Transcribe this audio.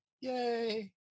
Yay